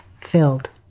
filled